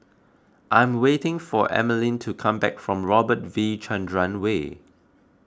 I am waiting for Emaline to come back from Robert V Chandran Way